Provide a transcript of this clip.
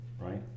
right